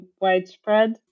widespread